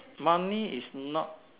money is not